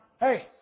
Hey